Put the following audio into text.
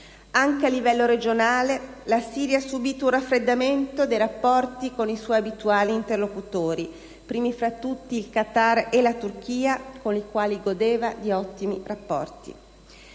Anche a livello regionale, la Siria ha subito un raffreddamento dei rapporti con i suoi abituali interlocutori, primi fa tutti il Qatar e la Turchia, con i quali godeva di ottimi rapporti.